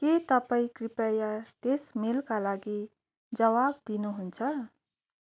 के तपाईँ कृपया त्यस मेलका लागि जवाफ दिनुहुन्छ